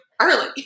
early